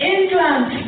England